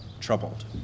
troubled